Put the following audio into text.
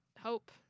hope